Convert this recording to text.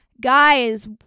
Guys